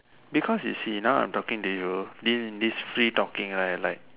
because you see now I'm talking to you this this free talking right like